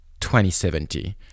2070